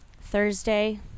Thursday